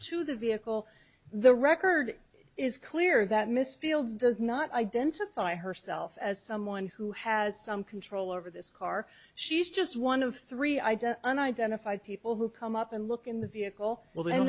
to the vehicle the record is clear that miss fields does not identify herself as someone who has some control over this car she's just one of three i don't and identify people who come up and look in the vehicle well the